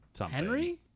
Henry